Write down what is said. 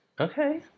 Okay